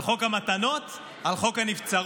על חוק המתנות, על חוק הנבצרות,